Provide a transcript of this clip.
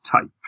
type